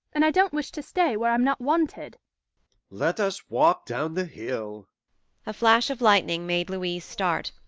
and i don't wish to stay where i'm not wanted let us walk down the hill a flash of lightning made louise start,